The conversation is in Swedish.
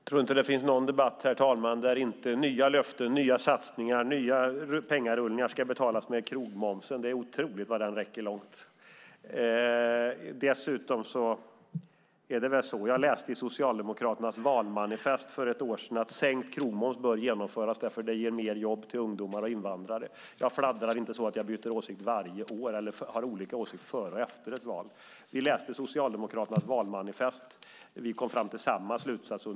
Herr talman! Jag tror inte att det finns någon debatt där inte nya löften, nya satsningar och nya pengarullningar ska betalas med krogmomsen. Det är otroligt hur långt den räcker! Jag läste i Socialdemokraternas valmanifest för ett år sedan att sänkt krogmoms bör genomföras därför att det ger mer jobb till ungdomar och invandrare. Jag fladdrar inte på så sätt att jag byter åsikt varje år eller har olika åsikt före respektive efter ett val. Vi läste Socialdemokraternas valmanifest och kom till samma slutsats.